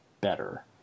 better